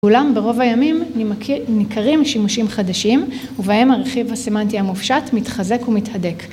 אולם ברוב הימים ניכרים שימושים חדשים, ובהם הרכיב הסמנטי המופשט מתחזק ומתהדק